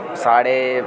साढ़े